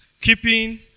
Keeping